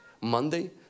Monday